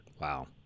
Wow